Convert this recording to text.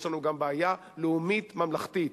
יש לנו גם בעיה לאומית ממלכתית.